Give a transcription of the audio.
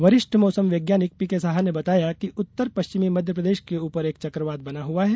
वरिष्ठ मौसम वैज्ञानिक पीके साहा ने बताया कि उत्तरी पश्चिम मध्यप्रदेश के ऊपर एक चक्रवात बना हुआ है